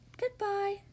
goodbye